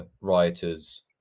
rioters